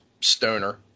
stoner